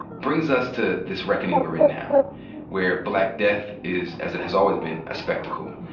brings us to this reckoning we're in now where black death is, as it has always been, a spectacle,